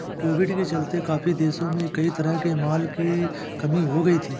Covid के चलते काफी देशों में कई तरह के माल की कमी हो गई थी